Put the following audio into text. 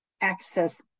access